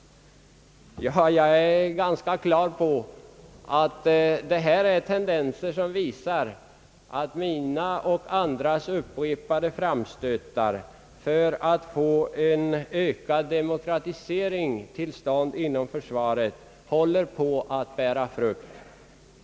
Ja, detta är tendenser som visar att mina och andras upprepade framstötar för att få en ökad demokratisering till stånd inom försvaret håller på att bära frukt.